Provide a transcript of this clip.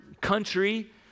country